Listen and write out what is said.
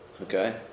Okay